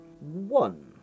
One